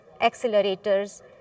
accelerators